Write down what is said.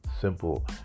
simple